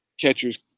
catchers